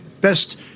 best